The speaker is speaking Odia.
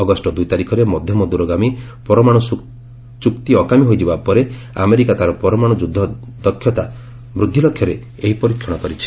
ଅଗଷ୍ଟ ଦୁଇ ତାରିଖରେ ମଧ୍ୟମ ଦୂରଗାମୀ ପରମାଣୁ ଶକ୍ତି ଚୁକ୍ତି ଅକାମୀ ହୋଇଯିବା ପରେ ଆମେରିକା ତାର ପରମାଣ୍ଡ ଯୁଦ୍ଧ ଦକ୍ଷତା ବୃଦ୍ଧି ଲକ୍ଷ୍ୟରେ ଏହି ପରୀକ୍ଷଣ କରିଛି